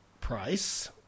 price